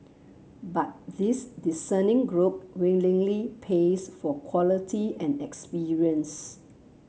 but this discerning group willingly pays for quality and experience